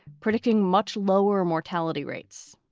predicting much lower mortality rates.